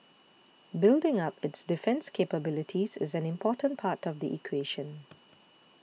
building up its defence capabilities is an important part of the equation